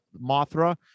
Mothra